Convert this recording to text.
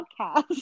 podcast